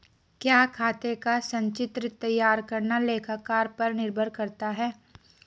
क्या खाते का संचित्र तैयार करना लेखाकार पर निर्भर करता है?